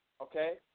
Okay